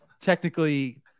technically